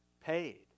paid